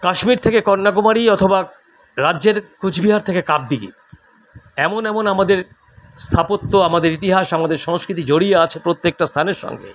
কাশ্মীর থেকে কন্যাকুমারী অথবা রাজ্যের কুচবিহার থেকে কাব দীঘি এমন এমন আমাদের স্থাপত্য আমাদের ইতিহাস আমাদের সংস্কৃতি জড়িয়ে আছে প্রত্যেকটা স্থানের সঙ্গে